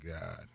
god